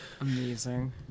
Amazing